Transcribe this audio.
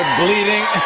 bleeding.